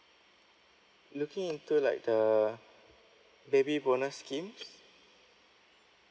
looking into like the baby bonus scheme